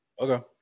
Okay